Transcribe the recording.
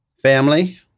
Family